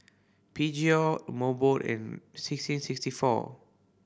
Peugeot Mobot and sixteen sixty four